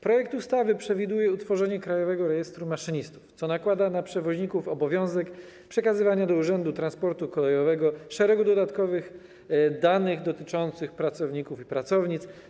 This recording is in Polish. Projekt ustawy przewiduje utworzenie krajowego rejestru maszynistów, co nakłada na przewoźników obowiązek przekazywania do Urzędu Transportu Kolejowego szeregu dodatkowych danych dotyczących pracowników i pracownic.